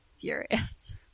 furious